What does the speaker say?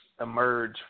emerge